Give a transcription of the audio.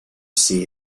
see